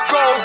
go